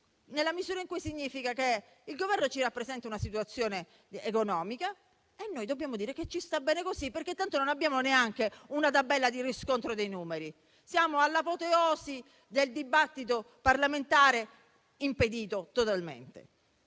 testo apodittico: significa che il Governo ci rappresenta una situazione economica e noi dobbiamo dire che ci sta bene così, perché tanto non abbiamo neanche una tabella di riscontro dei numeri. Siamo all'apoteosi del dibattito parlamentare impedito totalmente.